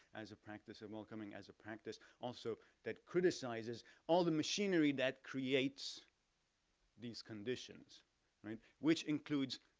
as a practice of welcoming, as a practice also that criticizes all the machinery that creates these conditions right, which includes